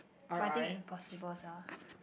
but I think impossible sia